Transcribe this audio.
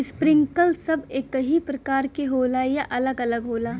Sprinkler सब एकही प्रकार के होला या अलग अलग होला?